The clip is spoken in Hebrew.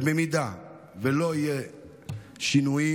ובמידה שלא יהיו שינויים,